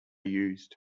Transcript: used